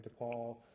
DePaul